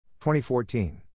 2014